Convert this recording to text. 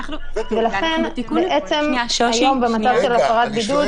ולכן היום במצב של הפרת בידוד,